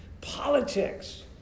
Politics